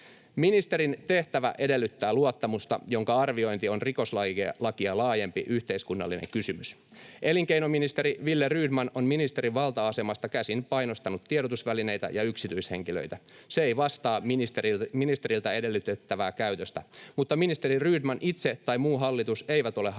Ministerin tehtävä edellyttää luottamusta, jonka arviointi on rikoslakia laajempi yhteiskunnallinen kysymys. Elinkeinoministeri Wille Rydman on ministerin valta-asemasta käsin painostanut tiedotusvälineitä ja yksityishenkilöitä. Se ei vastaa ministeriltä edellytettävää käytöstä, mutta ministeri Rydman itse tai muu hallitus eivät ole halukkaita